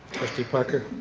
trustee parker?